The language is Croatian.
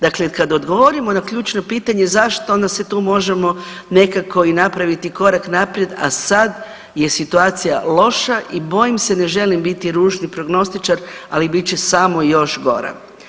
Dakle kad govorimo na ključno pitanje zašto, onda se tu možemo nekako i napraviti korak naprijed, a sad je situacija loša i bojim se, ne želim biti ružni prognostičar, ali bit će samo još gora.